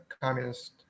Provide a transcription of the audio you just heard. communist